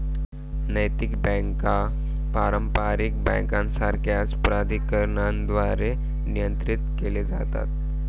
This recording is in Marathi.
नैतिक बँका पारंपारिक बँकांसारख्याच प्राधिकरणांद्वारे नियंत्रित केल्या जातात